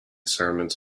sermons